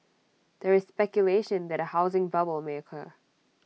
there is speculation that A housing bubble may occur